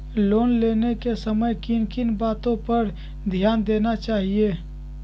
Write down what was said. Loan लेने के समय किन किन वातो पर ध्यान देना चाहिए?